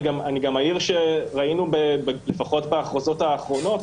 אני גם אעיר שראינו לפחות בהכרזות האחרונות,